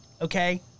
Okay